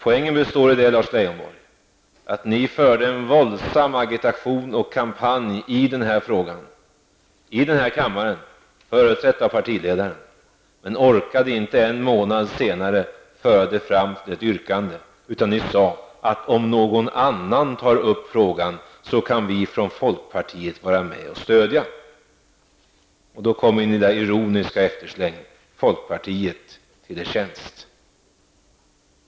Poängen består i, Lars Leijonborg, att ni bedrev en våldsam agitation och kampanj i den här frågan, i den här kammaren, företrädda av partiledaren. Men ni orkade inte en månad senare föra era önskemål fram till ett yrkande, utan ni sade att om någon annan tar upp frågan, kan vi från folkpartiet vara med och stödja. Då kom min lilla ironiska eftersläng: Folkpartiet, till er tjänst.